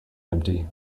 empty